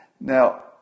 Now